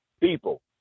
people